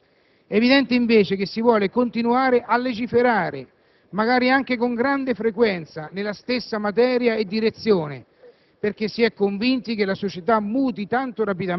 (di quest'ultimo aspetto parleremo fra poco). È chiaro, invece, che si vuole continuare a legiferare, magari anche con grande frequenza, nella stessa materia e direzione,